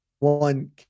One